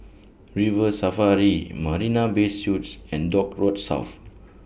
River Safari Marina Bay Suites and Dock Road South